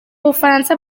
bufaransa